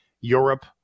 Europe